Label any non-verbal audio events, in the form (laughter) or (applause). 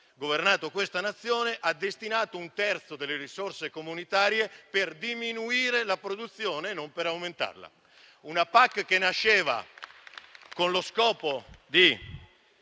governato questa Nazione, ha destinato un terzo delle risorse comunitarie a diminuire la produzione, non ad aumentarla. (applause) Una PAC che nasceva con lo scopo di